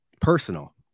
personal